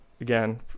again